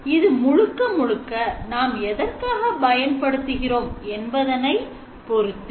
இது முழுக்க முழுக்க நாம் எதற்காக பயன்படுத்துகிறோம் என்பதனைப் பொறுத்தே